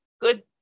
good